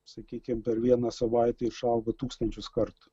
sakykim per vieną savaitę išaugo tūkstančius kartų